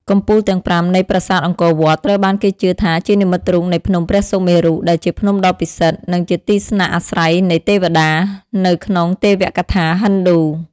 កំពូលទាំងប្រាំនៃប្រាសាទអង្គរវត្ត ត្រូវបានគេជឿថាជានិមិត្តរូបនៃភ្នំព្រះសុមេរុ ដែលជាភ្នំដ៏ពិសិដ្ឋ និងជាទីស្នាក់អាស្រ័យនៃទេវតា នៅក្នុងទេវកថាហិណ្ឌូ។